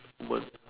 one